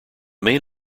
main